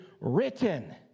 written